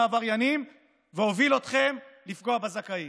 העבריינים והוביל אתכם לפגוע בזכאים.